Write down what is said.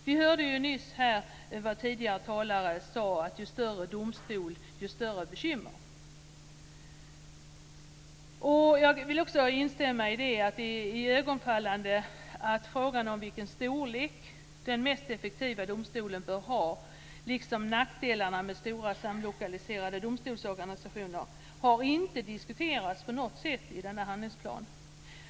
Vi hörde ju nyss tidigare talare säga: ju större domstol desto större bekymmer. Jag vill instämma i att det är iögonfallande att frågan om vilken storlek den mest effektiva domstolen bör ha liksom nackdelar med stora samorganiserade domstolsorganisationer inte har diskuterats på något sätt i denna handlingsplan.